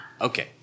okay